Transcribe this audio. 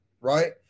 right